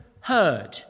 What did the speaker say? Heard